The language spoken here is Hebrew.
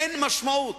אין משמעות.